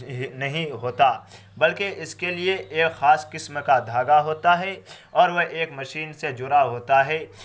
نہیں ہوتا بلکہ اس کے لیے ایک خاص قسم کا دھاگا ہوتا ہے اور وہ ایک مشین سے جڑا ہوتا ہے